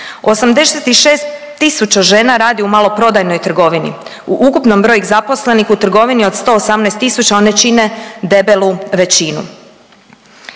86 tisuća žena radi u maloprodajnoj trgovini. U ukupnom broju zaposlenih u trgovini od 118 tisuća one čine debelu većinu.